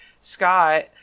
Scott